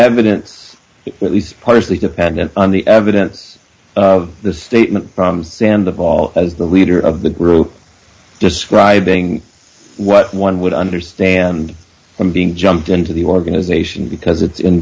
evidence at least partially dependent on the evidence of the statement from sand of all as the leader of the group describing what one would understand from being jumped into the organization because it's in